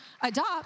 adopt